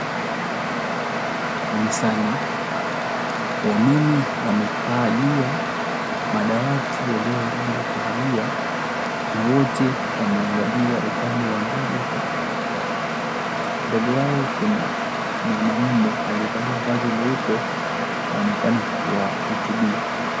Kanisani, waumini wamekalia madawati yaliyo ya rangi ya kahawia na wote wameangalia upande wa mbele kwenye altare, mbele yao kuna mwanamume aliyevalia vazi leupe anaonekana kuwahutubia.